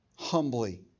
Humbly